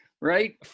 right